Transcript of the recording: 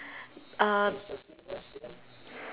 uh